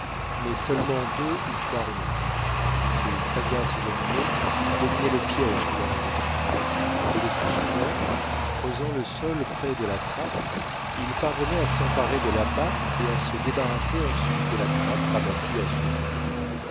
mais seulement deux ou trois renards ces sagaces animaux devinaient le piège qui leur était tendu et le plus souvent creusant le sol près de la trappe ils parvenaient à s'emparer de l'appât et à se débarrasser ensuite de la trappe rabattue